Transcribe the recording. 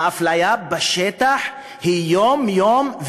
האפליה בשטח היא יום-יום,